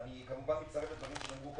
אני כמובן מצטרף לדברים שנאמרו קודם,